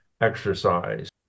exercise